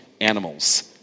animals